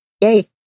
Yay